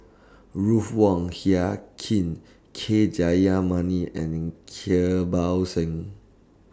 Ruth Wong Hie King K Jayamani and Kirpal Singh